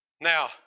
Now